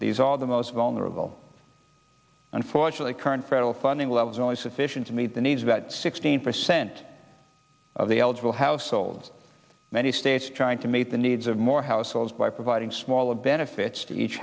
these are the most vulnerable unfortunately current federal funding levels only sufficient to meet the needs of that sixteen percent of the eligible households many states trying to meet the needs of more households by providing small of benefits to each